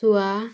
ଶୁଆ